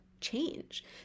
Change